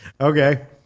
Okay